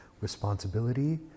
responsibility